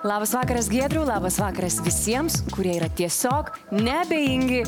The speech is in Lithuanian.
labas vakaras giedriau labas vakaras visiems kurie yra tiesiog neabejingi